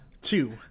two